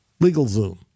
LegalZoom